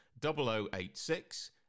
0086